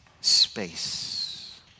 space